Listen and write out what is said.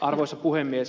arvoisa puhemies